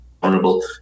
vulnerable